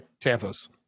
Tampa's